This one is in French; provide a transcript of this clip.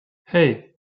hey